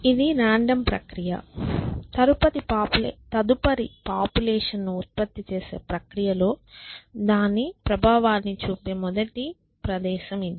ఈ రాండమ్ ప్రక్రియ తదుపరి పాపులేషన్ ఉత్పత్తి చేసే ప్రక్రియలో దాని ప్రభావాన్ని చూపే మొదటి ప్రదేశం ఇది